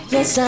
Yes